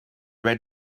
red